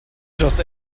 just